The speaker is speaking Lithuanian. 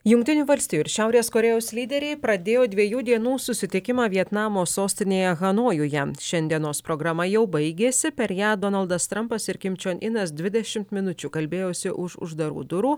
jungtinių valstijų ir šiaurės korėjos lyderiai pradėjo dviejų dienų susitikimą vietnamo sostinėje hanojuje šiandienos programa jau baigėsi per ją donaldas trampas ir kim čion inas dvidešimt minučių kalbėjosi už uždarų durų